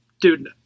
dude